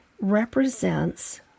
represents